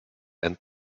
and